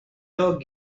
dog